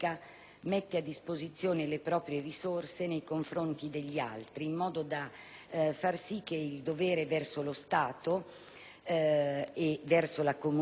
mette a disposizione le proprie risorse nei confronti degli altri, in modo da far sì che il dovere verso lo Stato e verso la comunità